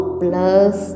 plus